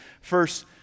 First